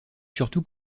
surtout